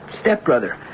stepbrother